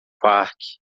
parque